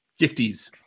gifties